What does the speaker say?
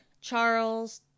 Charles